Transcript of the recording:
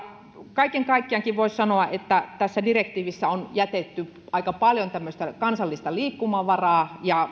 kaiken kaikkiaankin voisi sanoa että tässä direktiivissä on jätetty aika paljon tällaista kansallista liikkumavaraa